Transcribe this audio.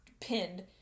pinned